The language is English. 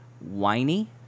whiny